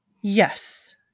yes